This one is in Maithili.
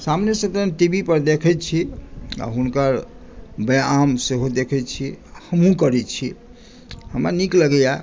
सामनेसँ तऽ हम टी वी पर देखैत छी आ हुनकर व्यायाम सेहो देखैत छी हमहूँ करैत छी हमरा नीक लगैए